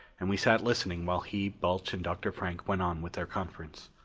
and we sat listening while he, balch and dr. frank went on with their conference.